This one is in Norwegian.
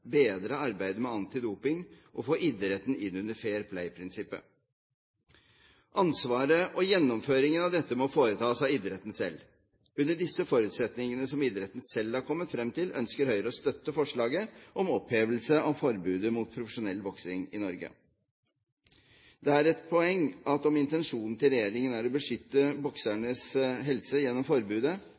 bedre arbeidet med antidoping og få idretten inn under fair-play-prinsippet. Ansvaret og gjennomføringen av dette må foretas av idretten selv. Under disse forutsetningene, som idretten selv har kommet frem til, ønsker Høyre å støtte forslaget om opphevelse av forbudet mot profesjonell boksing i Norge. Ett poeng er: Om intensjonen til regjeringen er å beskytte boksernes helse gjennom forbudet,